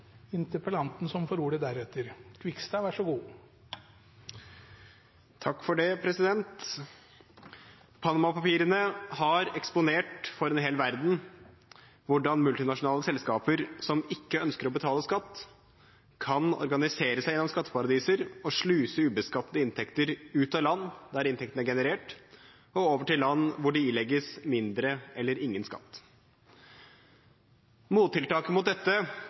har eksponert for en hel verden hvordan multinasjonale selskaper som ikke ønsker å betale skatt, kan organisere seg gjennom skatteparadiser og sluse ubeskattede inntekter ut av land der inntektene er generert, og over til land hvor de ilegges mindre eller ingen skatt. Mottiltaket mot dette